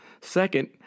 Second